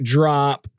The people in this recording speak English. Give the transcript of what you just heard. Drop